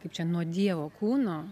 kaip čia nuo dievo kūno